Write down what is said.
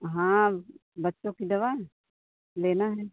हाँ बच्चों की दवा लेना है